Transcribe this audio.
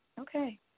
Okay